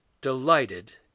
delighted